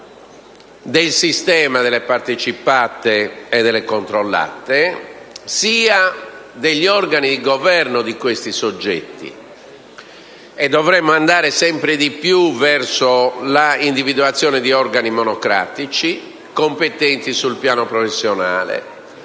del sistema delle partecipate e delle controllate sia degli organi di governo di questi soggetti. Dovremmo andare sempre di più verso l'individuazione di organi monocratici, competenti sul piano professionale,